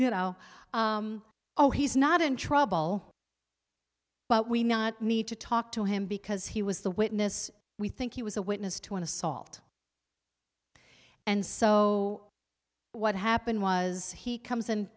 you know oh he's not in trouble but we not need to talk to him because he was the witness we think he was a witness to an assault and so what happened was he comes and